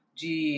de